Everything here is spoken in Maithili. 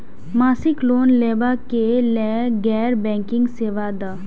मासिक लोन लैवा कै लैल गैर बैंकिंग सेवा द?